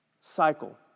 cycle